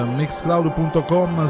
mixcloud.com